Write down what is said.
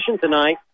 tonight